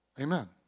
Amen